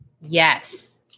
Yes